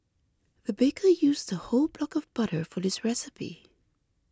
the baker used a whole block of butter for this recipe